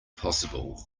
possible